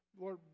Lord